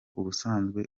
ubusanzwe